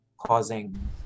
causing